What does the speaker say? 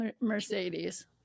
Mercedes